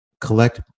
collect